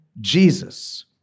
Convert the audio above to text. Jesus